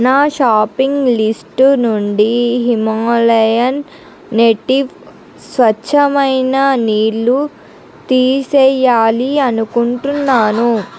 నా shopping list నుండి Himalayan native స్వచ్ఛమైన నీళ్ళు తీసేయాలి అనుకుంటున్నాను